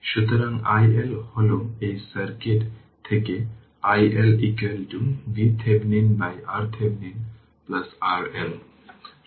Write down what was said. সুতরাং এই source free circuit যা আমরা অধ্যয়ন করেছি